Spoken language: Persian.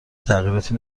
تغییراتی